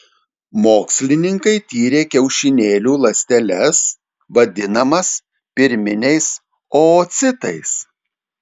mokslininkai tyrė kiaušinėlių ląsteles vadinamas pirminiais oocitais